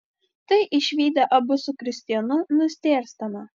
tai išvydę abu su kristianu nustėrstame